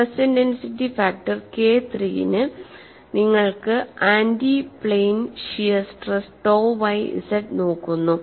stress intensity factor K III ന് നിങ്ങൾ anti plane shear stress tau y z നോക്കുന്നു